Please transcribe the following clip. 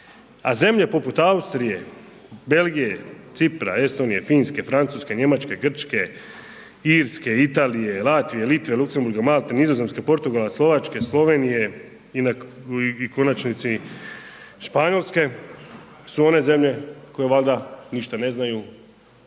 A zemlje poput Austrije, Belgije, Cipra, Estonije, Finske, Francuske, Njemačke, Grčke, Irske, Italije, Latvije, Litve, Luksemburga, Malte, Nizozemske, Portugala, Slovačke, Slovenije i u konačnici Španjolske su one zemlje koje valjda ništa ne znaju,